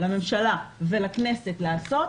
לממשלה ולכנסת לעשות,